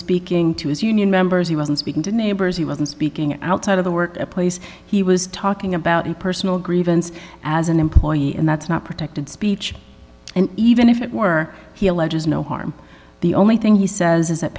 speaking to his union members he wasn't speaking to neighbors he wasn't speaking outside of the work place he was talking about a personal grievance as an employee and that's not protected speech and even if it were he alleges no harm the only thing he says is that